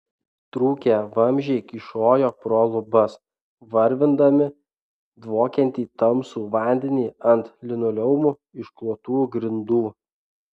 trūkę vamzdžiai kyšojo pro lubas varvindami dvokiantį tamsų vandenį ant linoleumu išklotų grindų